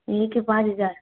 एक के पाँच हजार